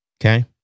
Okay